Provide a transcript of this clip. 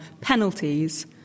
penalties